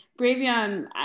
Bravion